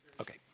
Okay